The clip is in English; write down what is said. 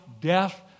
death